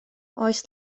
oes